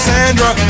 Sandra